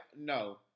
no